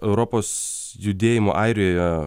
europos judėjimo airijoje